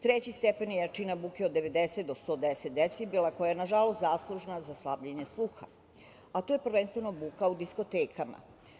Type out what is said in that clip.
Treći stepen jačina buke je od 90 do 110 decibela, koja je nažalost zaslužna za slabljenje sluha, a to je prvenstveno buka u diskotekama.